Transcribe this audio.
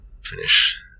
Finish